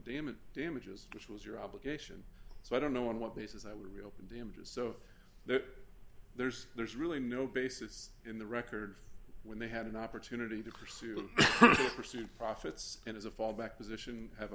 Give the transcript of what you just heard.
damage damages which was your obligation so i don't know on what basis i would reopen damages so that there's there's really no basis in the record for when they had an opportunity to pursue pursue profits and as a fallback position have